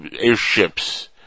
airships